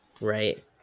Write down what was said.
right